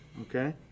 okay